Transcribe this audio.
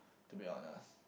to be honest